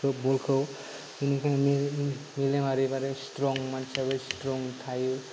बलखौ बिनिखायनो मेलेमारि आरो देहायाबो स्थ्रं थायो